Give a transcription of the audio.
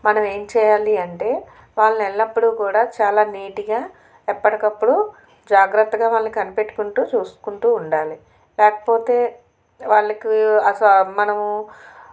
మనం ఏం చేయాలి అంటే వాళ్ళని ఎల్లప్పుడూ కూడా చాలా నీట్గా ఎప్పటికప్పుడు జాగ్రత్తగా వాళ్ళు కనిపెట్టుకుంటూ చూసుకుంటూ ఉండాలి లేకపోతే వాళ్లకు అసలు మనము